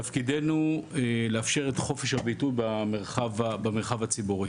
תפקידנו לאפשר את חופש הביטוי במרחב הציבורי.